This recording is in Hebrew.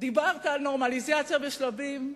דיברת על נורמליזציה בשלבים.